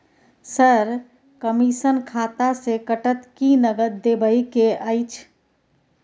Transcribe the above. Sir, commission खाता से कटत कि नगद देबै के अएछ?